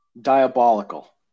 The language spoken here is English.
Diabolical